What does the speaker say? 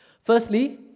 Firstly